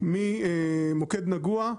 מוקד נגוע,